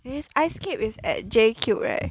eh ice skate is at j cube right